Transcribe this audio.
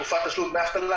תקופת תשלום דמי האבטלה,